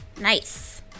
nice